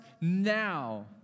now